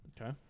Okay